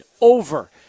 over